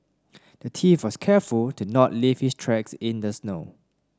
the thief was careful to not leave his tracks in the snow